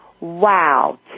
Wow